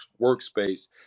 workspace